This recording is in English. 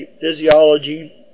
physiology